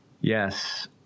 yes